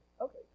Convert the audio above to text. Okay